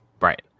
Right